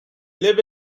live